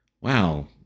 wow